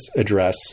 Address